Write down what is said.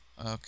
Okay